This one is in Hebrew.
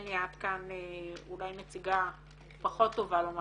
הניה כאן אולי נציגה פחות טובה לומר